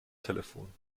telefon